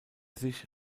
sich